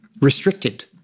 restricted